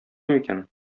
микән